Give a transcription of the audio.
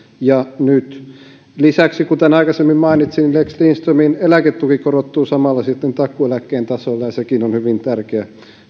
ja nyt lisäksi kuten aikaisemmin mainitsin lex lindströmin eläketuki korottuu samalla sitten takuueläkkeen tasolle ja sekin on hyvin tärkeä